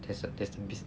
there's a there's a